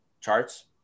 charts